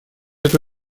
эту